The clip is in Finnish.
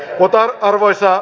arvoisa puhemies